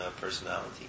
personality